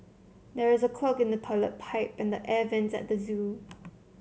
there is a clog in the toilet pipe and the air vents at the zoo